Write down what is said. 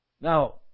Now